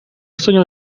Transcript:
sueño